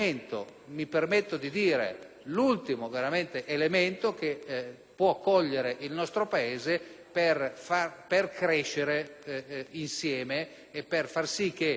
l'ultimo elemento, che può cogliere il nostro Paese per crescere insieme e per far sì che le zone meno